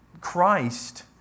Christ